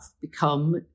become